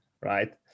right